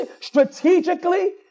strategically